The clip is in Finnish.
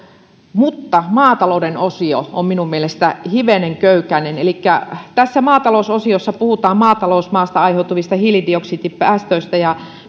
mutta maatalouden osio on minun mielestäni hivenen köykäinen elikkä tässä maatalousosiossa puhutaan maatalousmaasta aiheutuvista hiilidioksidipäästöistä ja